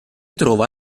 trova